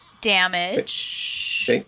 damage